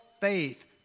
faith